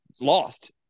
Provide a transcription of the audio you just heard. lost